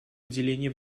уделения